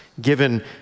given